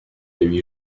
huit